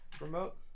remote